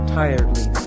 tiredly